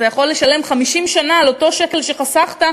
אתה יכול לשלם 50 שנה על אותו שקל שחסכת,